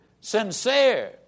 sincere